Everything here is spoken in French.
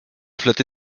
flatté